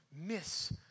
miss